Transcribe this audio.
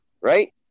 Right